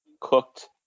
cooked